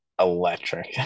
electric